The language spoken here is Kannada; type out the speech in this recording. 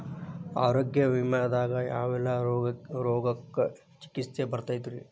ಆರೋಗ್ಯ ವಿಮೆದಾಗ ಯಾವೆಲ್ಲ ರೋಗಕ್ಕ ಚಿಕಿತ್ಸಿ ಬರ್ತೈತ್ರಿ?